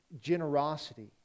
generosity